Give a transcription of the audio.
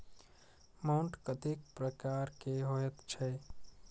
मैंट कतेक प्रकार के होयत छै?